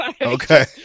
Okay